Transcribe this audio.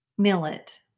Millet